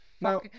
Now